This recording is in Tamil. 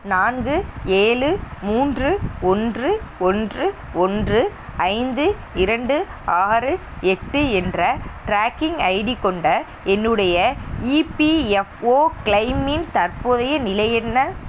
நான்கு ஏழு மூன்று ஒன்று ஒன்று ஒன்று ஐந்து இரண்டு ஆறு எட்டு என்ற ட்ராக்கிங் ஐடி கொண்ட என்னுடைய இபிஎஃப்ஓ கிளெய்மின் தற்போதைய நிலை என்ன